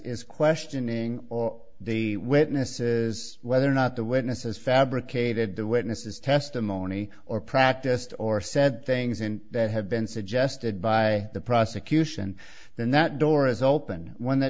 is questioning or the witnesses whether or not the witnesses fabricated the witnesses testimony or practiced or said things in that have been suggested by the prosecution then that door is open when th